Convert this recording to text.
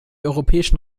europäischen